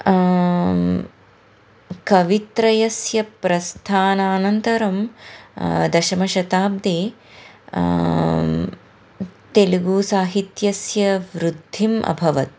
कवित्रयस्य प्रस्थानानन्तरं दशमशताब्धे तेलुगुसाहित्यस्य वृद्धिम् अभवत्